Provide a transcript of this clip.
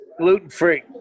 gluten-free